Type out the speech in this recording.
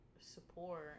support